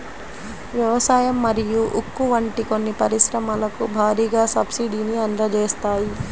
వ్యవసాయం మరియు ఉక్కు వంటి కొన్ని పరిశ్రమలకు భారీగా సబ్సిడీని అందజేస్తాయి